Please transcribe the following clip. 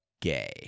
gay